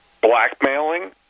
blackmailing